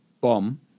bomb